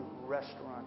restaurant